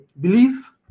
belief